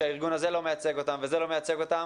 שהארגון הזה לא מייצג אותם וזה לא מייצג אותם